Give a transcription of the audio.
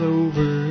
over